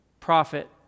prophet